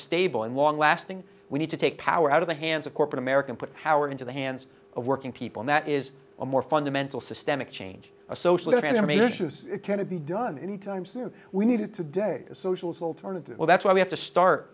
stable and long lasting we need to take power out of the hands of corporate american put power into the hands of working people that is a more fundamental systemic change a social event to me to be done any time soon we need it today a socialist alternative well that's why we have to start